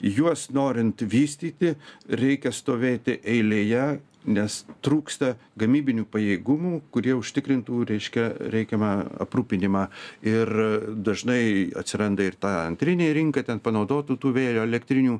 juos norint vystyti reikia stovėti eilėje nes trūksta gamybinių pajėgumų kurie užtikrintų reiškia reikiamą aprūpinimą ir dažnai atsiranda ir ta antrinė rinka ten panaudotų tų vėjo elektrinių